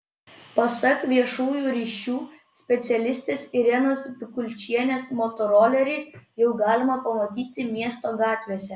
pasak viešųjų ryšių specialistės irenos bikulčienės motorolerį jau galima pamatyti miesto gatvėse